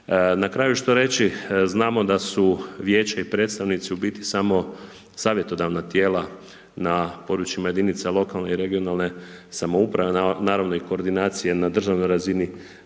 Na kraju što reći? Znamo da su vijeća i predstavnici u biti samo savjetodavna tijela na područjima jedinica lokalne i regionalne samouprave, naravno i koordinacije na državnoj razini